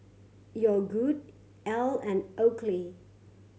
Yogood Elle and Oakley